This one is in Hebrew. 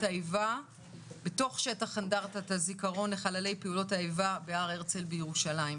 האיבה בתוך שטח אנדרטת הזיכרון לחללי פעולות האיבה בהר הרצל בירושלים.